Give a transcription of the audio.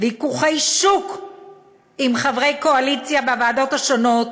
ויכוחי שוק עם חברי קואליציה בוועדות השונות.